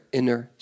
inner